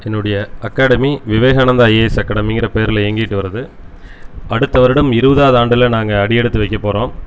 என்னுடைய academy Vivekananda IAS அக்கேடமிங்கிற பேரில் இயங்கிட்டு வருது அடுத்த வருடம் இருவதாபது ஆண்டுல நாங்கள் அடியெடுத்து வைக்கப்போகிறோம்